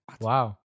Wow